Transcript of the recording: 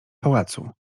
pałacu